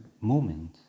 moment